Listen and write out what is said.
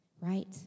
right